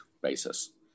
basis